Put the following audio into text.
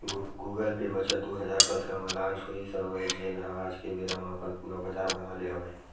Google Pay बछर दू हजार सतरा म लांच होइस हवय जेन ह आज के बेरा म अपन पुरा बजार बना ले हवय